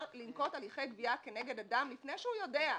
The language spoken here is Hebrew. לנקוט הליכי גבייה כנגד אדם לפני שהוא יודע.